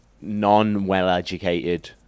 non-well-educated